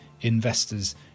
investors